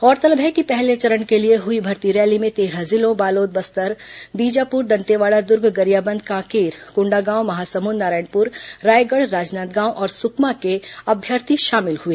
गौरतलब है कि पहले चरण के लिए हुई भर्ती रैली में तेरह जिलों बालोद बस्तर बीजापुर दंतेवाड़ा दुर्ग गरियाबंद कांकेर कोंडागांव महासमुंद नारायणपुर रायगढ़ राजनांदगांव और सुकमा के अम्यर्थी शामिल हुए